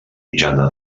jana